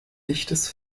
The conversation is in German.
lichtes